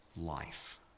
life